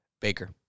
Baker